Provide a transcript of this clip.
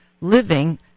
living